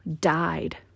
died